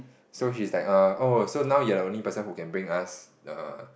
so she is like err oh so now you are the only person who can bring us err